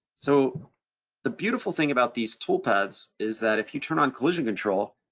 so the beautiful thing about these toolpaths is that if you turn on collision control,